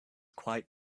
quite